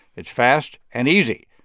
it's fast and easy.